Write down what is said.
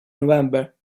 november